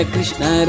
Krishna